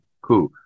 cool